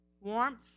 warmth